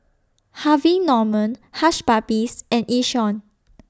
Harvey Norman Hush Puppies and Yishion